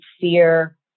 fear